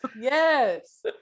Yes